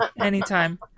Anytime